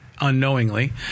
unknowingly